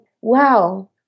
Wow